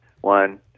one